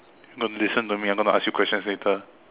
don't listen to me I'm going to ask you question later